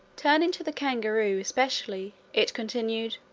turning to the kangaroo especially, it continued.